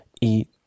eat